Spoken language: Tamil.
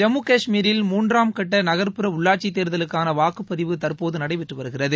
ஜம்மு கஷ்மீரில் மூன்றாம் கட்ட நகர்புற உள்ளாட்சித் தேர்தலுக்கான வாக்குப்பதிவு தற்போது நடைபெற்று வருகிறது